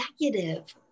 executive